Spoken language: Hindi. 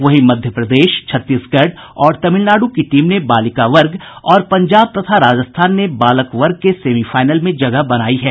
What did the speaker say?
वहीं मध्य प्रदेश छत्तीसगढ़ और तमिलनाड़ की टीम ने बालिका वर्ग और पंजाब तथा राजस्थान ने बालक वर्ग के सेमीफाइनल में जगह बनायी है